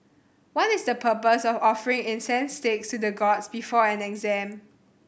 what is the purpose of offering incense sticks to the gods before an exam